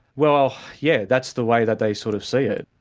well, yeah, that's the way that they sort of see it.